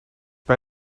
bij